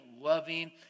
loving